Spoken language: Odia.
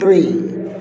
ଦୁଇ